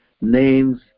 names